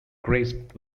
great